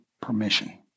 permission